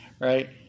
right